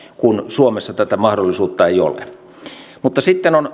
kun suomessa tätä mahdollisuutta ei ole mutta sitten on